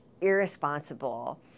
irresponsible